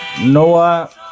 Noah